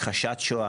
והכחשת שואה.